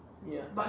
ya